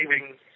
saving